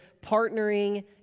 partnering